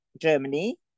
Germany